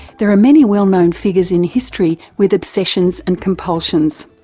there are many well-known figures in history with obsessions and compulsions.